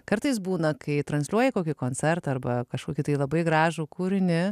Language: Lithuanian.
kartais būna kai transliuoja kokį koncertą arba kažkokį tai labai gražų kūrinį